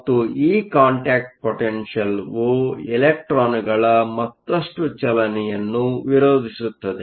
ಮತ್ತು ಈ contact potential ಇಲೆಕ್ಟ್ರಾನ್ಗಳ ಮತ್ತಷ್ಟು ಚಲನೆಯನ್ನು ವಿರೋಧಿಸುತ್ತದೆ